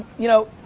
you know,